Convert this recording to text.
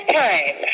time